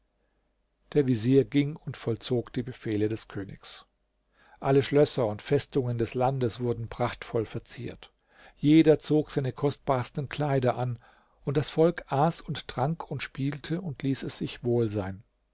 der vezier ging und vollzog die befehle des königs alle schlösser und festungen des landes wurden prachtvoll verziert jeder zog seine kostbarsten kleider an und das volk aß und trank und spielte und ließ es sich wohl sein